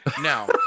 Now